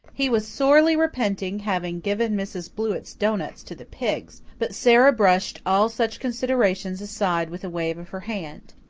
he was sorely repenting having given mrs. blewett's doughnuts to the pigs, but sara brushed all such considerations aside with a wave of her hand.